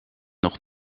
nog